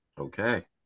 Okay